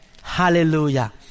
Hallelujah